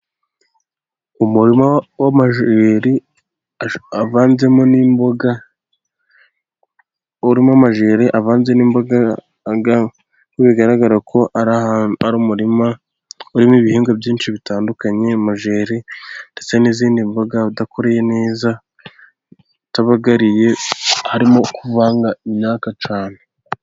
Umurima w'amajeri avanzemo n'imboga urimo amajeri avanze n'imboga, uko bigaragara ko ari umurima urimo ibihingwa byinshi bitandukanye :amajeri ndetse n'izindi mboga udakoreye neza, utabagariye harimo kuvanga imyaka cyane.